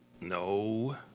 No